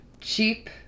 cheap